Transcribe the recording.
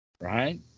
Right